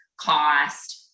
cost